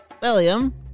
William